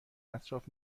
اطراف